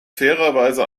fairerweise